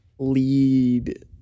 lead